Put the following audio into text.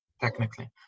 Technically